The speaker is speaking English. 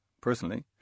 personally